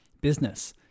business